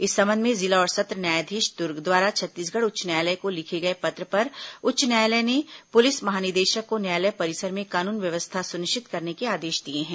इस संबंध में जिला और सत्र न्यायाधीश दुर्ग द्वारा छत्तीसगढ़ उच्च न्यायालय को लिखे गए पत्र पर उच्च न्यायालय ने पुलिस महानिदेशक को न्यायालय परिसर में कानून व्यवस्था सुनिश्चित करने के आदेश दिए हैं